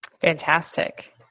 Fantastic